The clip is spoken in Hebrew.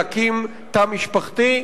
להקים תא משפחתי.